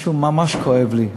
משהו ממש כואב לי,